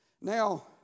Now